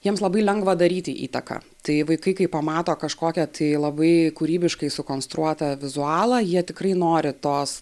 jiems labai lengva daryti įtaką tai vaikai kai pamato kažkokią tai labai kūrybiškai sukonstruotą vizualą jie tikrai nori tos